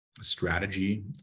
strategy